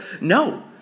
No